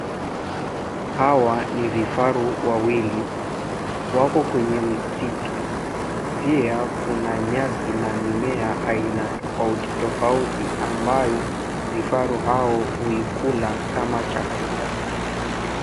Hawa ni vifaru wawili. Wako kwenye msitu. Pia kuna nyasi na mimea aina tofauti tofauti ambayo vifaru hao huikula kama chakula.